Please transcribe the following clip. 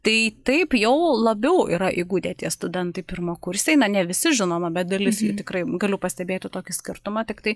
tai taip jau labiau yra įgudę tie studentai pirmakursiai na ne visi žinoma bet dalis jų tikrai galiu pastebėti tokį skirtumą tiktai